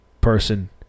person